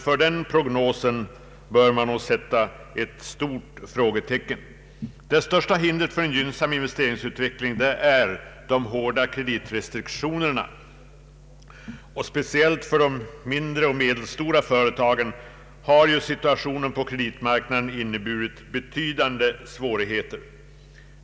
För den prognosen bör man emeilertid sätta ett stort frågetecken. Det största hindret för en gynnsam investeringsutveckling är de hårda kreditrestriktionerna. Speciellt för de mindre och medelstora företagen har situationen på kreditmarknaden inneburit betydande svårigheter.